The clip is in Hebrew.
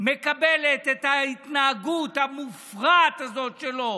מקבלת את ההתנהגות המופרעת הזאת שלו,